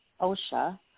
OSHA